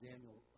Daniel